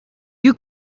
you